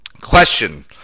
Question